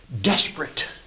desperate